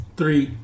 Three